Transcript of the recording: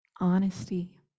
honesty